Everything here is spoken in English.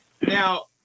Now